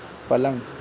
पलंग